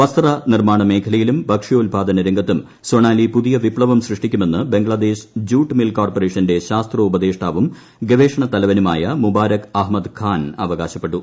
വസ്ത്ര നിർമ്മാണ മേഖലയിലും ഭക്ഷ്യാത്പാദന രംഗത്തും സൊണാലി പുതിയ വിപ്തവം സൃഷ്ടിക്കുമെന്ന് ബംഗ്ലാദേശ് ജൂട്ട് മിൽ കോർപ്പറേഷന്റെ ശാസ്ത്രോപദേഷ്ടാവും ഗവേഷണ തലവനുമായ മുബാരക് അഹമ്മദ് ഖാൻ അവകാശപ്പെട്ടു